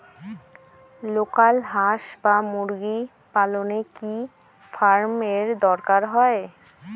Local হাস বা মুরগি পালনে কি ফার্ম এর দরকার হয়?